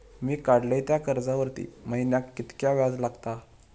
मी काडलय त्या कर्जावरती महिन्याक कीतक्या व्याज लागला?